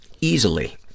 Easily